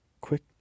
quick